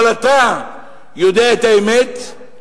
אבל אתה יודע את האמת.